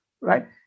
Right